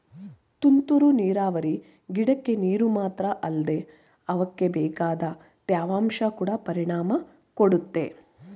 ತುಂತುರು ನೀರಾವರಿ ಗಿಡಕ್ಕೆ ನೀರು ಮಾತ್ರ ಅಲ್ದೆ ಅವಕ್ಬೇಕಾದ ತೇವಾಂಶ ಕೊಡ ಪರಿಣಾಮ ಕೊಡುತ್ತೆ